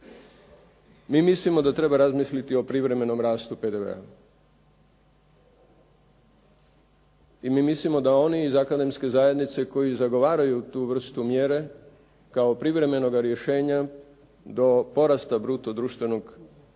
Mi mislimo da treba razmisliti o privremenom rastu PDV-a i mi mislimo da oni iz akademske zajednice koji zagovaraju tu vrstu mjere kao privremenoga rješenja do porasta bruto društvenog proizvoda